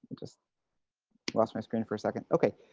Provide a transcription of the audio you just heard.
just lost my screen for a second. okay.